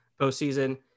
postseason